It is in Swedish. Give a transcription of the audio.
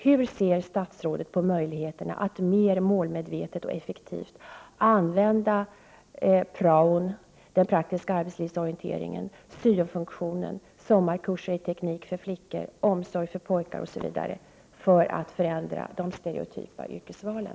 Hur ser statsrådet på möjligheterna att mer målmedvetet och effektivt använda den praktiska arbetslivsorienteringen, , syofunktionen, sommarkurser i teknik för flickor, omsorg för pojkar osv. för att förändra de stereotypa yrkesvalen?